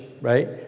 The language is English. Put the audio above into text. right